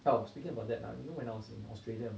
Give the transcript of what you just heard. well speaking about that ah you know when I was in Australia